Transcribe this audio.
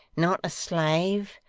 not a slave,